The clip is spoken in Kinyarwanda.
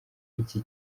iki